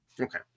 Okay